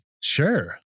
Sure